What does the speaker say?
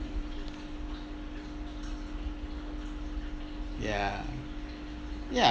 ya ya